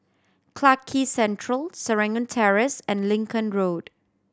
Clarke Central Serangoon Terrace and Lincoln Road